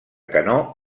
canó